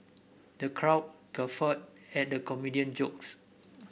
the crowd guffawed at the comedian jokes